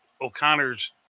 O'Connor's